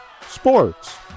sports